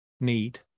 need